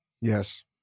Yes